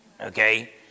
okay